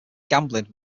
gambling